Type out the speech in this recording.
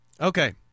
Okay